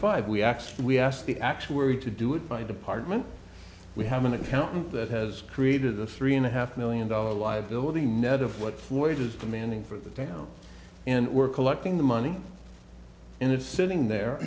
five we axed we asked the actuary to do it by department we have an accountant that has created a three and a half million dollar liability net of what wages demanding for the town and we're collecting the money and it's sitting there